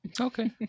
Okay